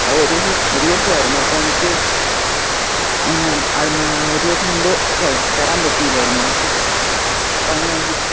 അതൊരു ഒരു ദിവസമായിരുന്നു അപ്പോൾ എനിക്ക് അതിന് ഒരു ദിവസം മുൻപ് ഛെ തരാൻ പറ്റില്ലായിരുന്നു അത് അപ്പം എങ്ങനെയാണ്